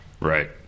Right